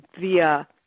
via